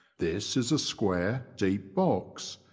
this is a square, deep box,